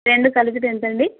రెండు కలిపితే ఎంతండి